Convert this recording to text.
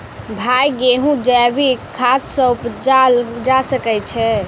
भाई गेंहूँ जैविक खाद सँ उपजाल जा सकै छैय?